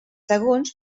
segons